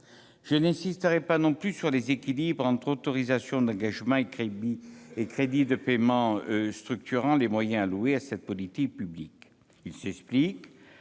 Je n'insisterai pas non plus sur les équilibres entre autorisations d'engagement et crédits de paiement structurant les moyens alloués à cette politique publique. Ils s'expliquent